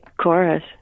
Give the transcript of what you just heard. chorus